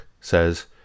says